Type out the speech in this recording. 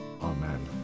Amen